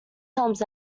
comes